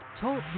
Talk